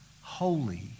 holy